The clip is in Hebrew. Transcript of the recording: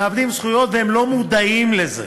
והם לא מודעים לזה,